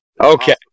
Okay